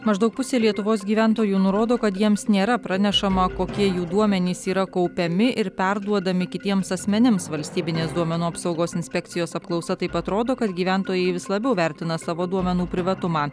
maždaug pusė lietuvos gyventojų nurodo kad jiems nėra pranešama kokie jų duomenys yra kaupiami ir perduodami kitiems asmenims valstybinės duomenų apsaugos inspekcijos apklausa taip pat rodo kad gyventojai vis labiau vertina savo duomenų privatumą